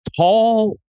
tall